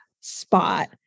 spot